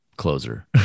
closer